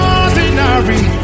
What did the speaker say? ordinary